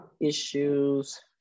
issues